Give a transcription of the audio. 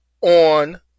on